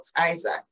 Isaac